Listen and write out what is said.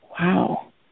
wow